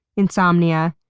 insomnia,